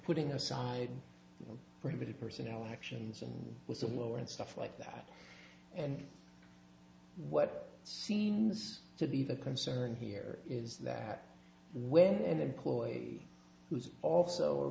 putting aside pretty personal actions and with the lower and stuff like that and what seems to be the concern here is that where and employee who's also a